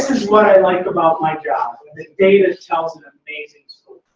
this is what i like about my job. the data tells an amazing so